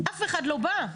אף אחד לא בא.